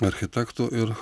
architektu ir